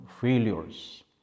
failures